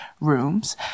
rooms